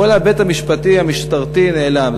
כל ההיבט המשפטי המשטרתי נעלם,